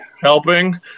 helping